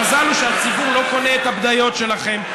המזל הוא שהציבור לא קונה את הבדיות שלכם.